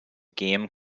game